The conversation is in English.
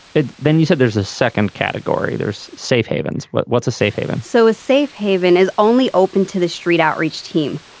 then you said there's a second category there's safe havens. but what's a safe haven so a safe haven is only open to the street outreach team.